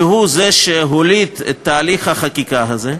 שהוא זה שהוליד את תהליך החקיקה הזה,